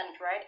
right